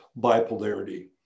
bipolarity